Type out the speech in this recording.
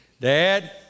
dad